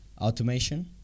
Automation